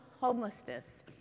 homelessness